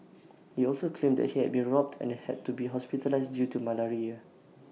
he also claimed that he had been robbed and had to be hospitalised due to malaria